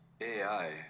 AI